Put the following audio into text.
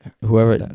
whoever